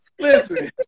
Listen